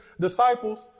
disciples